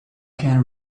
can